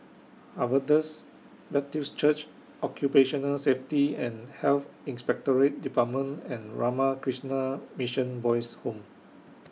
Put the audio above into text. Baptist Church Occupational Safety and Health Inspectorate department and Ramakrishna Mission Boys' Home